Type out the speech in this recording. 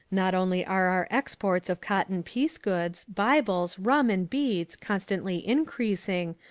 not only are our exports of cotton piece goods, bibles, rum, and beads constantly increasing,